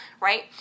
right